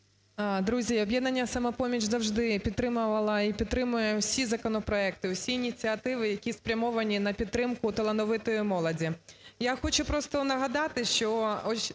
Друзі, "Об'єднання "Самопоміч" завжди підтримувало і підтримує всі законопроекти, всі ініціативи, які спрямовані на підтримку талановитої молоді.